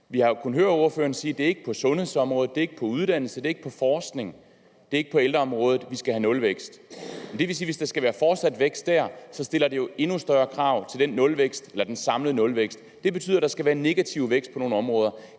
Vi har kunnet høre ordføreren sige, at det ikke er på sundhedsområdet, på uddannelsesområdet, på forskningsområdet eller på ældreområdet, at vi skal have nulvækst. Men det vil sige, at hvis der skal være fortsat vækst dér, stiller det jo endnu større krav til den samlede nulvækst. Det betyder, at der skal være negativ vækst på nogle områder.